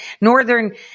northern